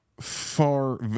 far